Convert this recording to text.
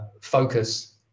focus